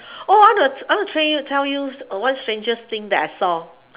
oh I want to I want to actually tell you one strangest thing that I saw